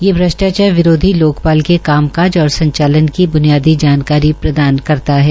यह भ्रष्टाचार विरोधी लोकपाल के कामका और संचालन की ब्नयादी ानकारी प्रदान करता है